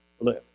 live